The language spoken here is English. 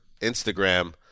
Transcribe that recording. Instagram